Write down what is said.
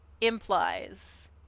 implies